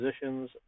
positions